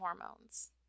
hormones